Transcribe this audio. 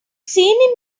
seen